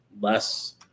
less